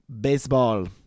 baseball